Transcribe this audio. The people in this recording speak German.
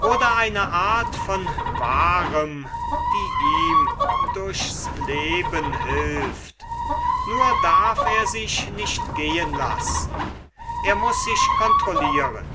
oder eine art von wahrem die ihm durchs leben hilft nur darf er sich nicht gehen lassen er muß sich kontrollieren